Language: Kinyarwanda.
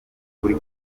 ukuri